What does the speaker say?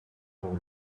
grow